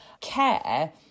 care